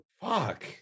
fuck